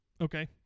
Okay